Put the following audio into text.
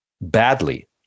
badly